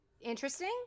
Interesting